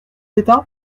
d’état